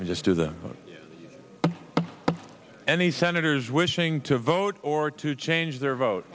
i mean just to the point any senators wishing to vote or to change their vote